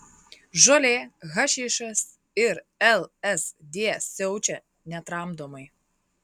žolė hašišas ir lsd siaučia netramdomai